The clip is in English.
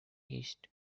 east